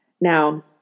Now